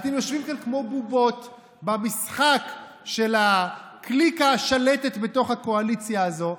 אתם יושבים כאן כמו בובות במשחק של הקליקה השלטת בתוך הקואליציה הזאת,